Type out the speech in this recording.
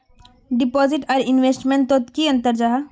Deposit आर investment तोत की अंतर जाहा?